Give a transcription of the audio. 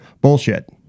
Bullshit